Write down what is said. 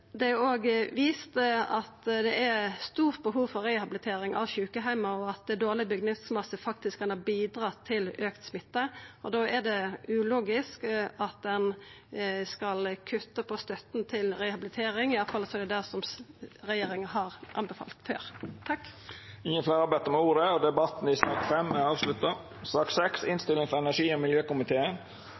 Det er òg vist at det er stort behov for rehabilitering i sjukeheimar, og at dårleg bygningsmasse faktisk kan ha bidratt til auka smitte. Da er det ulogisk at ein skal kutta i støtta til rehabilitering. I alle fall er det det regjeringa har anbefalt før. Fleire har ikkje bedt om ordet til sak nr. 5. Etter ynske frå energi- og miljøkomiteen vil presidenten ordna debatten slik: 3 minutt til kvar partigruppe og